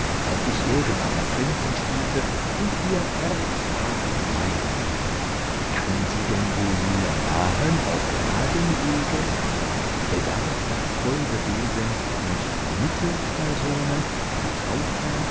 als ich irgendeinen prinzen spielte und ihr herz war mein kann sie denn wohl mir nahen auf geradem wege bedarf das holde wesen nicht mittelspersonen vertrauter